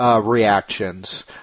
Reactions